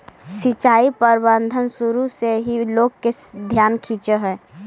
सिंचाई प्रबंधन शुरू से ही लोग के ध्यान खींचऽ हइ